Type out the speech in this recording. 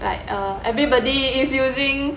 uh everybody is using